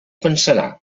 pensarà